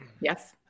yes